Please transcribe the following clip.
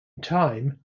time